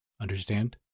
Understand